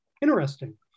interesting